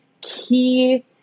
key